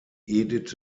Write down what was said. edith